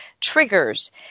triggers